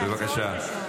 בבקשה.